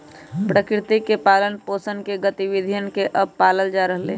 प्रकृति के पालन पोसन के गतिविधियन के अब पाल्ल जा रहले है